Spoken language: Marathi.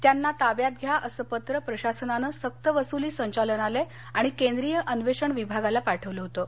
त्याना ताब्यात घ्या असं पत्र प्रशासनानं सक्त वसुली संचालनालय आणि केंद्रीय अन्वेषण विभागाला पाठवलं होतं